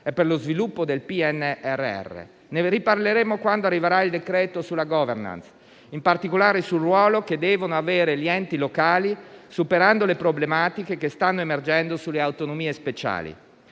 e per lo sviluppo del PNRR. Ne riparleremo quando arriverà il decreto-legge sulla *governance,* in particolare sul ruolo che devono avere gli enti locali superando le problematiche che stanno emergendo sulle autonomie speciali.